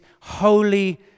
holy